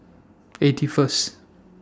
eighty First